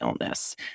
illness